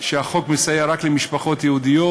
שהחוק מסייע רק למשפחות יהודיות,